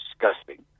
disgusting